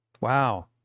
Wow